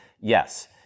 yes